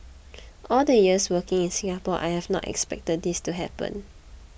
all the years working in Singapore I have not expected this to happen